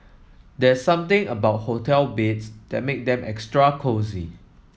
there's something about hotel beds that make them extra cosy